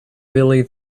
really